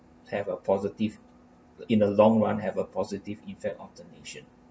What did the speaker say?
have a positive uh in the long run have a positive effect of the nation